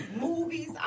movies